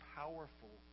powerful